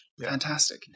Fantastic